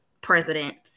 president